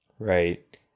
Right